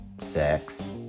sex